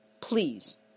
please